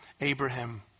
Abraham